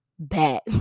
bet